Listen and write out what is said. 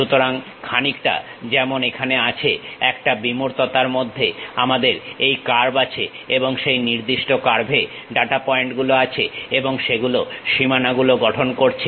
সুতরাং খানিকটা যেমন এখানে আছে একটা বিমূর্ততার মধ্যে আমাদের এই কার্ভ আছে অথবা সেই নির্দিষ্ট কার্ভে ডাটা পয়েন্ট গুলো আছে এবং সেগুলো সীমানা গুলো গঠন করেছে